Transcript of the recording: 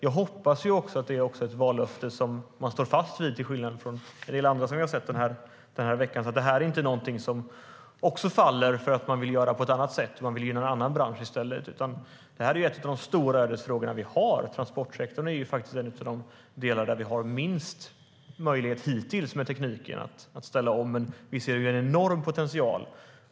Jag hoppas att det är ett vallöfte som man står fast vid, till skillnad från en del andra som vi har sett den här veckan. Detta är inte någonting som faller för att man vill göra på ett annat sätt och gynna en annan bransch i stället. Det här är en av de stora ödesfrågor vi har. Transportsektorn är en av de delar där vi har haft minst möjlighet hittills med tekniken att ställa om. Men vi ser en enorm potential.